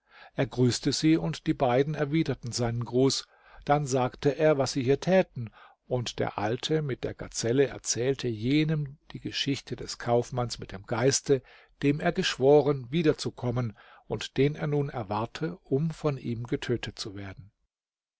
er grüßte sie und die beiden erwiderten seinen gruß dann sagte er was sie hier täten und der alte mit der gazelle erzählte jenem die geschichte des kaufmanns mit dem geiste dem er geschworen wieder zu kommen und den er nun erwarte um von ihm getötet zu werden